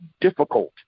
difficult